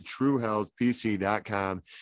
truehealthpc.com